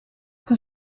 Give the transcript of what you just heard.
que